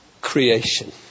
creation